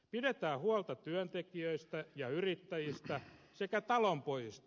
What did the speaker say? pidetään huolta työntekijöistä ja yrittäjistä sekä talonpojista